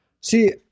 See